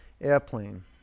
Airplane